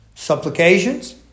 Supplications